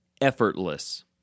Effortless